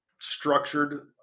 structured